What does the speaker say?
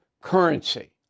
currency